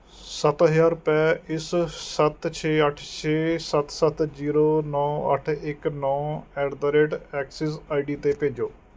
ਸੱਤ ਹਜ਼ਾਰ ਰੁਪਏ ਇਸ ਸੱਤ ਛੇ ਅੱਠ ਛੇ ਸੱਤ ਸੱਤ ਜੀਰੋ ਨੌ ਅੱਠ ਇੱਕ ਨੌ at the rate axis I D 'ਤੇ ਭੇਜੋ